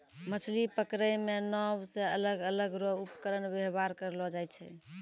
मछली पकड़ै मे नांव से अलग अलग रो उपकरण वेवहार करलो जाय छै